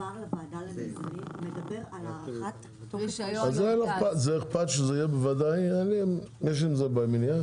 שעבר לוועדה למיזמים מדבר על הארכת תוקף רישיון --- יש עם זה מניעה?